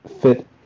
fit